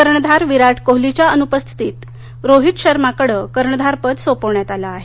कर्णधार विराट कोहलीच्या अन्पस्थितीत रोहित शर्माकडे कर्णधारपद सोपवण्यात आलं आहे